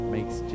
Makes